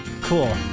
cool